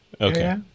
Okay